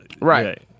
Right